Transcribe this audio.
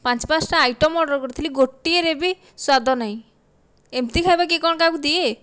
ପାଞ୍ଚ ପାଞ୍ଚଟା item order କରିଥିଲି ଗୋଟିଏରେ ବି ସ୍ଵାଦ ନାହିଁ ଏମିତି ଖାଇବା କିଏ କ'ଣ କାହାକୁ ଦିଏ